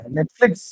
Netflix